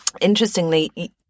interestingly